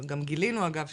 גילנו אגב,